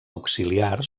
auxiliar